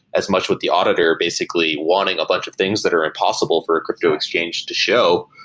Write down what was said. as much what the auditor basically wanting a bunch of things that are impossible for a crypto exchange to show,